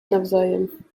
nawzajem